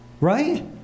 right